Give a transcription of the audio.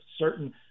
certain